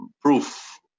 proof